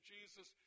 Jesus